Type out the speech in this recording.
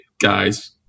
guys